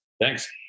Thanks